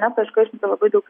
meta iš kart labai daug